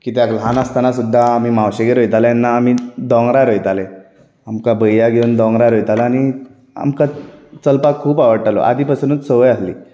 कित्याक ल्हान आसतना सुद्दां आमी मावशेगेर वयताले तेन्ना आमी दोंगरार वयताले आमकां भय्या घेवन दोंगरार वयतालो आनी आमकां चलपाक खूब आवडटालो आदी पासूनच संवय आसली